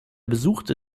besuchte